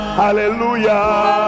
hallelujah